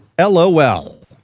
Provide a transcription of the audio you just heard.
LOL